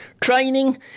Training